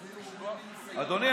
אדוני,